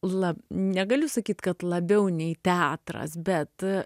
lab negaliu sakyti kad labiau nei teatras bet